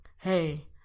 hey